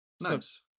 Nice